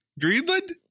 Greenland